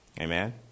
Amen